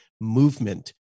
movement